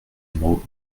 numéro